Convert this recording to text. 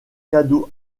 cadeau